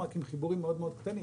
רק עם חיבורים מאוד מאוד קטנים,